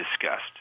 discussed